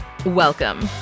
Welcome